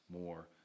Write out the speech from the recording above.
more